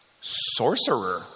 sorcerer